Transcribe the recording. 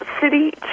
City